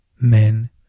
men